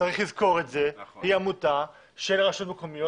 צריך לזכור את זה היא עמותה של רשויות מקומיות,